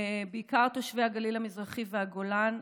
בעיקר תושבי הגליל המזרחי והגולן.